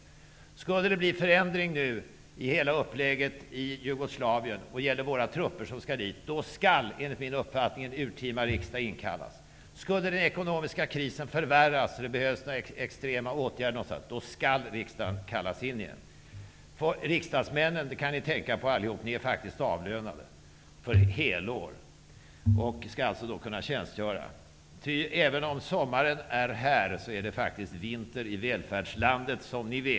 Om det skulle bli en förändring i hela uppläggningen när det gäller Jugoslavien och våra trupper som skall dit, skall enligt min uppfattning en urtima riksdag inkallas. Om den ekonomiska krisen skulle förvärras och det behövs en extrem åtgärd av något slag, skall riksdagen inkallas. Ni borde allihop tänka på att ni riksdagsmän faktiskt är avlönade för helårstjänstgöring. Även om sommaren är här, är det som ni vet vinter i välfärdslandet.